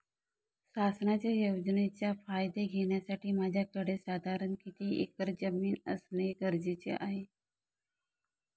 शासनाच्या योजनेचा फायदा घेण्यासाठी माझ्याकडे साधारण किती एकर जमीन असणे गरजेचे आहे?